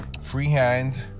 freehand